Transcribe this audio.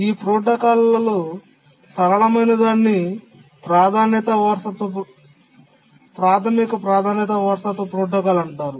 ఈ ప్రోటోకాల్లలో సరళమైనదాన్ని ప్రాథమిక ప్రాధాన్యత వారసత్వ ప్రోటోకాల్ అంటారు